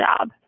job